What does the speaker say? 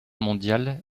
mondiale